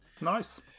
Nice